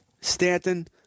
Stanton